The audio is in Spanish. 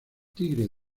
tigres